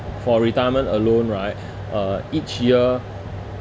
for retirement alone right uh each year